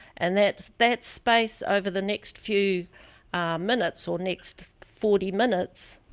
and it's that space over the next few minutes, or next forty minutes,